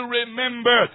remember